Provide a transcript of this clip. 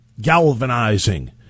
Galvanizing